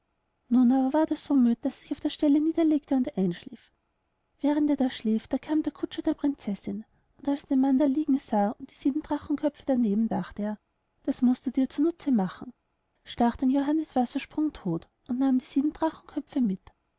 war er so müd daß er sich auf der stelle niederlegte und einschlief während er da schlief kam der kutscher der prinzessin und als er den mann da liegen sah und die sieben drachenköpfe daneben dachte er das mußt du dir zu nutz machen stach den johannes wassersprung todt und nahm die sieben drachenköpfe mit